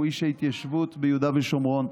הוא איש ההתיישבות ביהודה ושומרון,